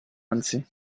anzi